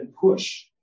push